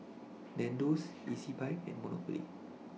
Nandos Ezbuy and Monopoly